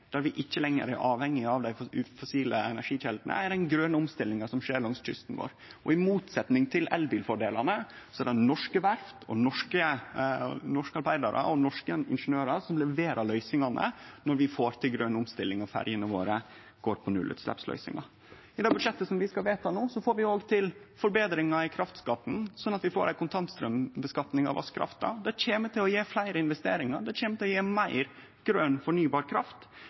der vi ikkje lenger er avhengige av dei fossile energikjeldene, er den grøne omstillinga som skjer langs kysten vår. Og i motsetnad til elbilfordelane er det norske verft, norske arbeidarar og norske ingeniørar som leverer løysingane når vi får til grøn omstilling, og ferjene våre går på nullutsleppsløysingar. I det budsjettet som vi skal vedta no, får vi òg til forbetringar i kraftskatten, slik at vi får ei kontantstraumskattlegging av vasskrafta. Det kjem til å gje fleire investeringar, det kjem til å gje meir grøn fornybar kraft,